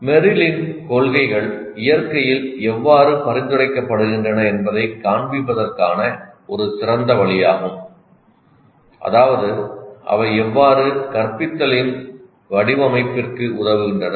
மெர்ரிலின் கொள்கைகள் இயற்கையில் எவ்வாறு பரிந்துரைக்கப்படுகின்றன என்பதைக் காண்பிப்பதற்கான ஒரு சிறந்த வழியாகும் அதாவது அவை எவ்வாறு கற்பித்தலின் வடிவமைப்பிற்கு உதவுகின்றன